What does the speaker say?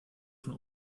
von